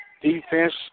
Defense